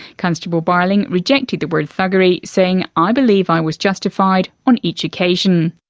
constable barling rejected the word thuggery saying, i believe i was justified on each occasion.